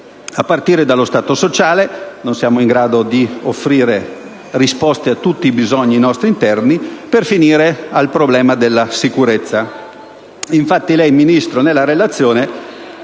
a partire dallo Stato sociale (non siamo in grado di offrire risposte a tutti i bisogni nostri interni), per finire al problema della sicurezza.